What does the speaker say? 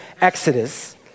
Exodus